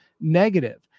negative